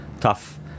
tough